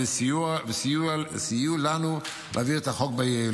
וסייעו לנו להעביר את החוק ביעילות.